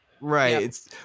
right